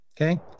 Okay